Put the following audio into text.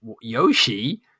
Yoshi